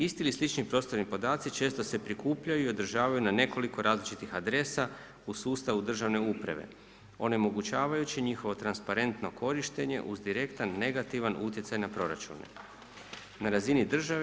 Isti ili slični prostorni podaci često se prikupljaju i održavaju na nekoliko različitih adresa u sustavu državne uprave onemogućavajući njihovo transparentno korištenje uz direktan negativan utjecaj na proračune na razini države.